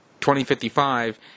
2055